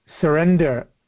surrender